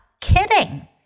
kidding